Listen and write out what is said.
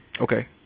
Okay